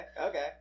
okay